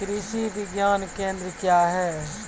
कृषि विज्ञान केंद्र क्या हैं?